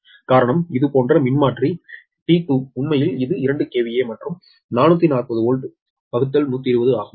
காரணம் இது போன்ற மின்மாற்றி T2 உண்மையில் இது 2 KVA மற்றும் 440V 120 ஆகும்